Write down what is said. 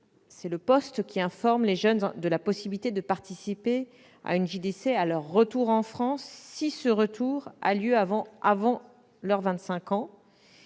c'est le poste qui informe les jeunes de la possibilité de participer à une JDC à leur retour en France si ce retour a lieu avant leurs